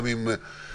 גם עם אוסאמה,